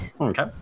Okay